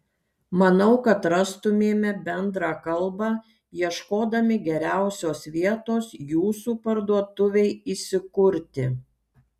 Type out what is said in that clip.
manau kad rastumėme bendrą kalbą ieškodami geriausios vietos jūsų parduotuvei įsikurti